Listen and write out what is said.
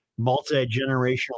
multi-generational